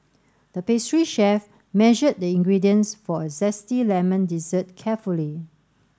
the pastry chef measured the ingredients for a zesty lemon dessert carefully